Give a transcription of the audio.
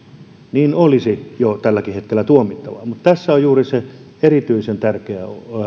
niin se olisi jo tälläkin hetkellä tuomittavaa mutta tässä on juuri se erityisen tärkeä